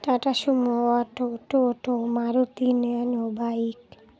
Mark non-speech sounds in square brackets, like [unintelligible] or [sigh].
tata Sumo auto toto Maruti [unintelligible] bike